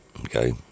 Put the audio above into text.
Okay